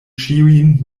ĉiujn